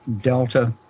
Delta